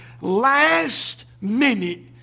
last-minute